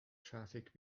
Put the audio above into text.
traffic